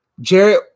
Jared